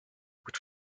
which